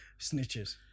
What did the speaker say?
Snitches